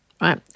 Right